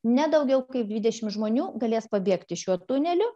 ne daugiau kaip dvidešim žmonių galės pabėgti šiuo tuneliu